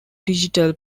digital